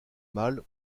mâle